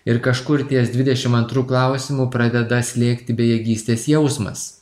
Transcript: ir kažkur ties dvidešimt antru klausimu pradeda slėgti bejėgystės jausmas